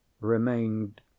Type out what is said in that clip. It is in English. remained